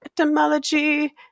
Etymology